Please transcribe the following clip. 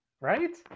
Right